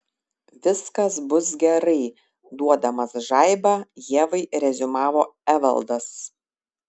viskas bus gerai duodamas žaibą ievai reziumavo evaldas